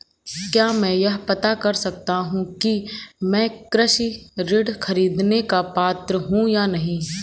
क्या मैं यह पता कर सकता हूँ कि मैं कृषि ऋण ख़रीदने का पात्र हूँ या नहीं?